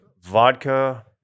vodka